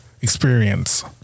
experience